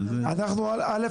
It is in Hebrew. א',